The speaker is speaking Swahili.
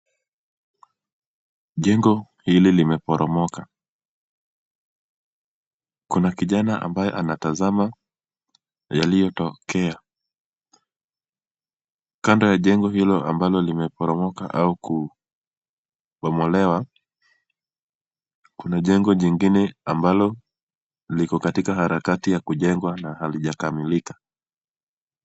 Jengo hili limeporomoka. Kuna kijana ambaye anatazama yaliyotokea. Kando ya jengo hilo ambalo limeporomoka au kubomolewa, kuna jengo jingine ambalo liko katika harakati ya kujengwa na halijakamilika.